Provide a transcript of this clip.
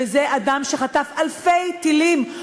וזה אדם שחטף אלפי טילים,